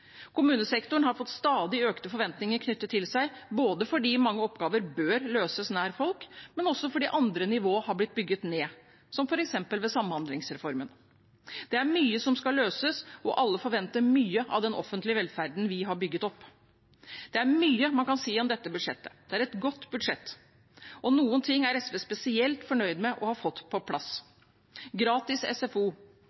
Kommunesektoren har fått stadig økte forventninger knyttet til seg, både fordi mange oppgaver bør løses nær folk, og fordi andre nivåer er blitt bygget ned, f.eks. gjennom samhandlingsreformen. Det er mye som skal løses, og alle forventer mye av den offentlige velferden vi har bygget opp. Det er mye man kan si om dette budsjettet. Det er et godt budsjett, og noen ting er SV spesielt fornøyd med å ha fått på plass.